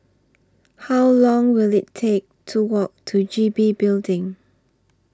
How Long Will IT Take to Walk to G B Building